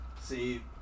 See